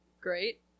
great